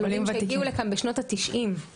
עולים שהגיעו לכאן בשנות ה-90.